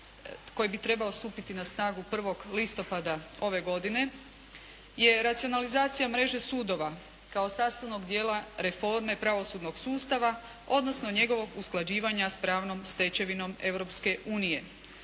koji bi trebao stupiti na snagu 1. listopada ove godine je racionalizacija mreže sudova kao sastavnog dijela reforme pravosudnog sustava, odnosno njegovog usklađivanja s pravnom stečevinom